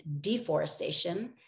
deforestation